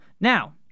Now